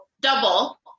double